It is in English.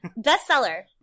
bestseller